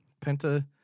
Penta